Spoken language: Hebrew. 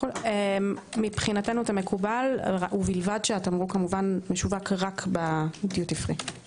מבחינתנו זה מקובל ובלבד שהתמרוק משווק רק בדיוטי פרי.